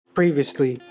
previously